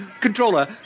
Controller